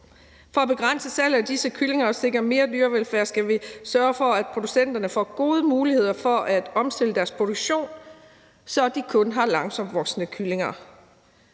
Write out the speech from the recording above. For at begrænse salget af disse kyllinger og sikre bedre dyrevelfærd skal vi sørge for, at producenterne får gode muligheder for at omstille deres produktion, så de kun har langsomtvoksende kyllinger.